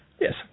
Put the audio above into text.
Yes